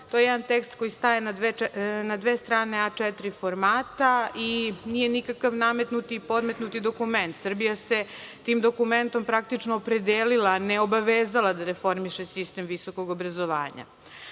To je jedan tekst koji staje na dve strane A4 formata i nije nikakav nametnuti i podmetnuti dokument. Srbija se tim dokumentom praktično opredelila, ne obavezala da reformiše sistem visokog obrazovanja.Međutim,